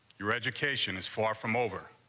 your education is far from over.